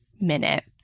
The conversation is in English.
minute